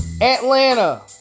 Atlanta